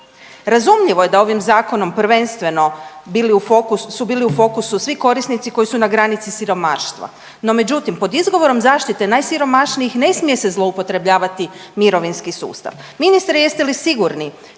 Razumljivo je da ovim zakonom prvenstveno su bili u fokusu svi korisnici koji su na granici siromaštva, međutim, po izgovorom zaštite najsiromašnijih, ne smije se zloupotrebljavati mirovinski sustav. Ministre, jeste li sigurni